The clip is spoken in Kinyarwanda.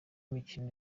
imikino